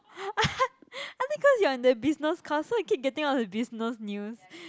I think cause you are in the business course so you keep getting all the business news